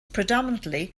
predominantly